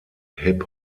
hip